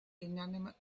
inanimate